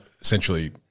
essentially